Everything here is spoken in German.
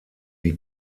wie